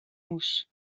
mouse